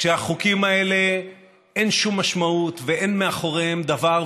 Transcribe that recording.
כשלחוקים האלה אין שום משמעות ואין מאחוריהם דבר,